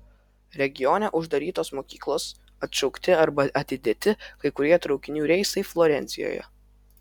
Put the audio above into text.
regione uždarytos mokyklos atšaukti arba atidėti kai kurie traukinių reisai florencijoje